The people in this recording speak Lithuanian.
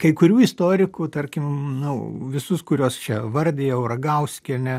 kai kurių istorikų tarkim nu visus kuriuos čia vardijau ragauskienė